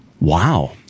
Wow